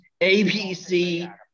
ABC